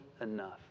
enough